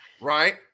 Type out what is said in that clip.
Right